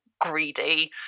greedy